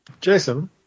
Jason